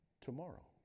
tomorrow